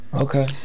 Okay